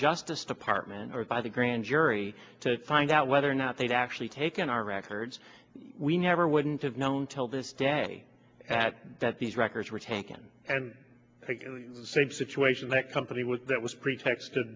justice department or by the grand jury to find out whether or not they'd actually taken our records we never wouldn't have known til this day that these records were taken and the same situation that company was that was pret